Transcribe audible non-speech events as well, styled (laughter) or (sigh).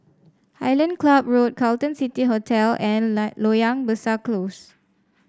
Island Club Road Carlton City Hotel and (unintelligible) Loyang Besar Close